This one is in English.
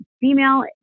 female